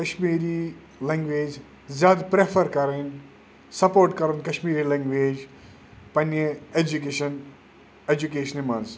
Kashmiri language زیادٕ prefer کَرٕنۍ support کَرُن کَشمیٖری لنٛگویج پنٕنہِ ایٚجوٗکیشَن ایٚجوٗکیشنہِ منٛز